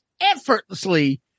effortlessly